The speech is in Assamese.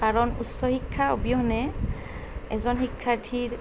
কাৰণ উচ্চ শিক্ষাৰ অবিহনে এজন শিক্ষাৰ্থীৰ